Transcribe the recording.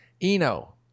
eno